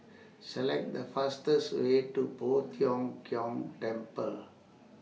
Select The fastest Way to Poh Tiong Kiong Temple